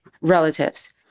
relatives